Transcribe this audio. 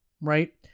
right